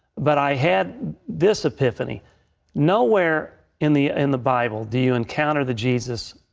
but i had this epiphany nowhere in the and the bible do you encounter the jesus,